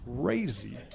crazy